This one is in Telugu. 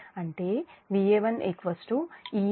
అంటే Va1 Ea Z1 Ia1